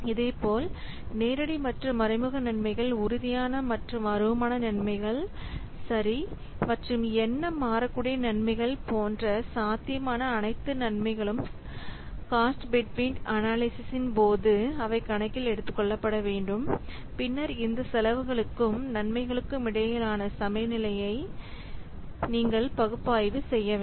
இதேபோல் நேரடி மற்றும் மறைமுக நன்மைகள் உறுதியான மற்றும் அருவமான நன்மைகள் சரி மற்றும் என்ன மாறக்கூடிய நன்மைகள் போன்ற சாத்தியமான அனைத்து நன்மைகளும் காஸ்ட் பெனிபிட் அனாலிசிஸ்ன் போது அவை கணக்கில் எடுத்துக்கொள்ளப்பட வேண்டும் பின்னர் இந்த செலவுகளுக்கும் நன்மைகளுக்கும் இடையிலான சமநிலையை நீங்கள் பகுப்பாய்வு செய்ய வேண்டும்